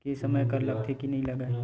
के समय कर लगथे के नइ लगय?